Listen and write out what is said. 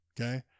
okay